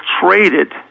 traded